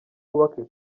wubake